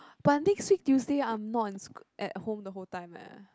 but next week Tuesday I'm not in sc~ at home the whole time eh